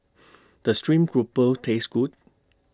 Does Stream Grouper Taste Good